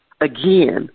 Again